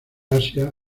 asia